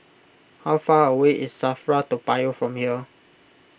how far away is Safra Toa Payoh from here